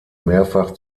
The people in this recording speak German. mehrfach